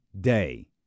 day